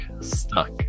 stuck